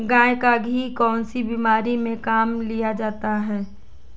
गाय का घी कौनसी बीमारी में काम में लिया जाता है?